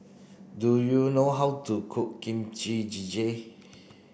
do you know how to cook Kimchi Jjigae